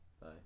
Bye